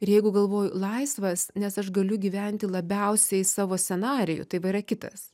ir jeigu galvoju laisvas nes aš galiu gyventi labiausiai savo scenarijų tai va yra kitas